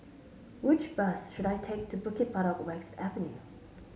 which bus should I take to Bukit Batok West Avenue